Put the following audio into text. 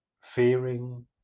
fearing